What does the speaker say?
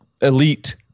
elite